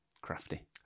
Crafty